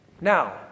Now